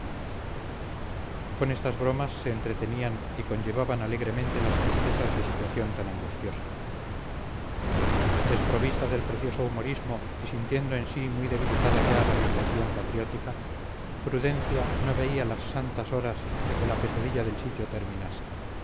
con estas bromas se entretenían y conllevaban alegremente las tristezas de situación tan angustiosa desprovista del precioso humorismo y sintiendo en sí muy debilitada ya la vibración patriótica prudencia no veía las santas horas de que la pesadilla del sitio terminase